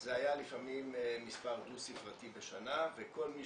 זה היה לפעמים מספר דו ספרתי בשנה וכל מי